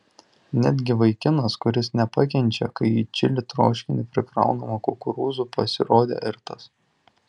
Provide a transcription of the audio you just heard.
netgi vaikinas kuris nepakenčia kai į čili troškinį prikraunama kukurūzų pasirodė ir tas